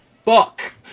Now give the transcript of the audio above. fuck